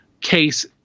case